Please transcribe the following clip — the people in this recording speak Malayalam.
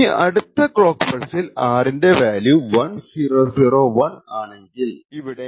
ഇനി അടുത്ത ക്ലോക്ക് പൾസിൽ R ന്റെ വാല്യൂ 1001 ആണെങ്കിൽ ഹൈപോതെറ്റിക്കൽ പവർ ഉപഭോഗം 2 ആയിരിക്കും